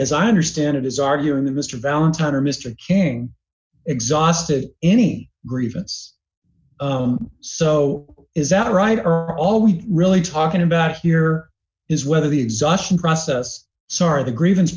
as i understand it is arguing that mr valentine or mr king exhaustive any grievance so is that right are all we really talking about here is whether the exhausting process sorry the griev